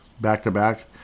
back-to-back